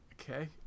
Okay